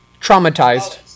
traumatized